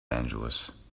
angeles